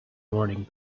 morning